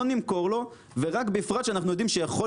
לא נמכור לו ורק בפרט שאנחנו יודעים שיכול